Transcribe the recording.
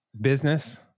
business